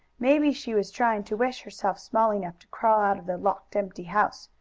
maybe she was trying to wish herself small enough to crawl out of the locked, empty house,